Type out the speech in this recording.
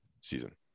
season